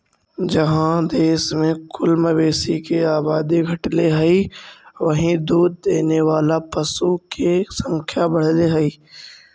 जहाँ देश में कुल मवेशी के आबादी घटले हइ, वहीं दूध देवे वाला पशु के संख्या बढ़ले हइ